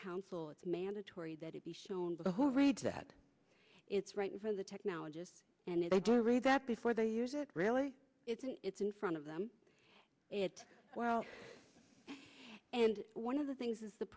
council it's mandatory that it be shown to the whole reads that it's right for the technologists and they do read that before they use it really isn't it's in front of them it well and one of the things is the